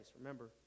Remember